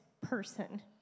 person